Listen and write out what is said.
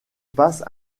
passe